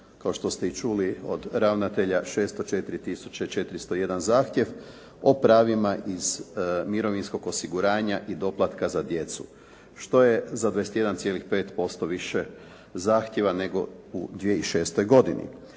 kao što ste i čuli od ravnatelja 604 tisuće 401 zahtjev o pravima iz mirovinskog osiguranja i doplatka za djecu, što je za 21,5% više zahtjeva nego u 2006. godini.